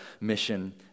mission